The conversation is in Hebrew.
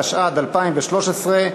התשע"ד 2013,